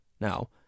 Now